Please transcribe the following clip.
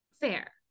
Fair